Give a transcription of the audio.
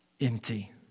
empty